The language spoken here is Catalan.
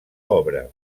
obra